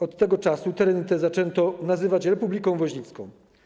Od tego czasu tereny te zaczęto nazywać republiką woźnicką.